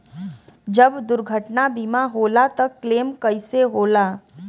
जब दुर्घटना बीमा होला त क्लेम कईसे होला?